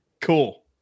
Cool